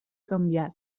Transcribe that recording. canviat